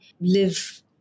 live